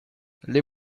les